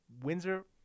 Windsor